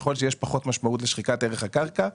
ככל שיש פחות משמעות לשחיקת ערך הקרקע.